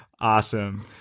awesome